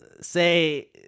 Say